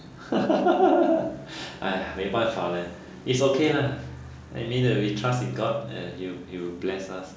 !aiya! 没办法 leh is okay lah I mean uh we trust in god eh will will bless us